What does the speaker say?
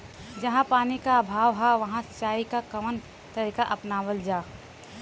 जहाँ पानी क अभाव ह वहां सिंचाई क कवन तरीका अपनावल जा?